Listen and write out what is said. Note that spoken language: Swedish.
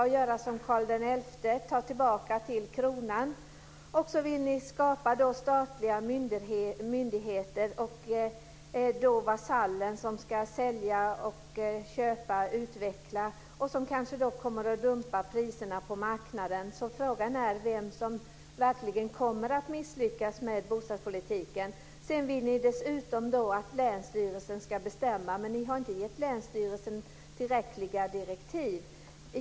Ni vill göra som Karl XI och ta tillbaka till Kronan. Ni vill skapa statliga myndigheter. Vasallen ska sälja, köpa och utveckla och kommer kanske att dumpa priserna på marknaden, så frågan är vem det är som verkligen kommer att misslyckas med bostadspolitiken. Dessutom vill ni att länsstyrelsen ska bestämma, men ni har inte gett länsstyrelsen tillräckliga direktiv.